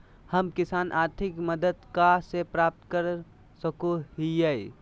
हम किसान आर्थिक मदत कहा से प्राप्त कर सको हियय?